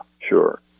sure